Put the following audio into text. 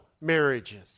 marriages